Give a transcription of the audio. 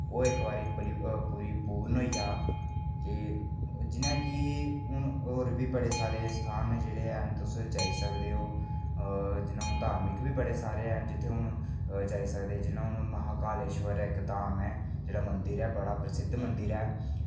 ओह् इक्क बारी परिपुर्ण होई जा ते जियां की हून होर बी बड़े सारे स्थान जेह्ड़े हैन ते तुस जाई सकदे ओ जियां की धार्मिक बी बड़े सारे हैन जियां कि हून महाकालेश्वर इक्क धाम ऐ जेह्ड़ा मंदिर ऐ बड़ा प्रसिद्ध मंदिर ऐ